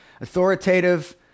authoritative